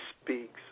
speaks